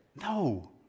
No